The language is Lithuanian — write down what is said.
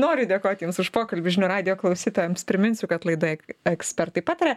noriu dėkoti jums už pokalbį žinių radijo klausytojams priminsiu kad laidoje ekspertai pataria